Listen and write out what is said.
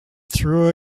through